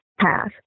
path